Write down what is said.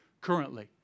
currently